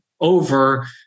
over